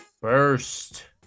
first